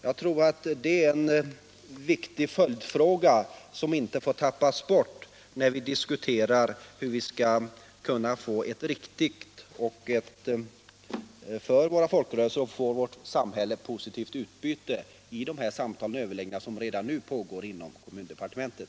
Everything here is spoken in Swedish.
Jag tror att det är en viktig följdfråga som inte får tappas bort när vi diskuterar hur vi skall få ett riktigt och för våra folkrörelser och vårt samhälle positivt utbyte av de samtal och överläggningar som redan nu pågår inom kommundepartementet.